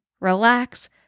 relax